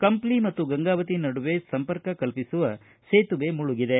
ಕಂಪ್ಲಿ ಮತ್ತು ಗಂಗಾವತಿ ನಡುವೆ ಸಂಪರ್ಕ ಕಲ್ಪಿಸುವ ಸೇತುವೆ ಮುಳುಗಿದೆ